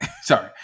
Sorry